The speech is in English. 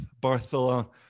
Bartholomew